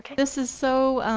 this is so